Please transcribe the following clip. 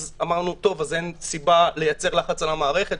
אז אמרנו: אז אין סיבה לייצר לחץ על המערכת,